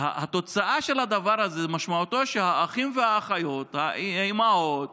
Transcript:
התוצאה של הדבר הזה היא שהאחים והאחיות והאימהות